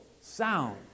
sound